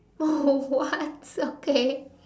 oh what okay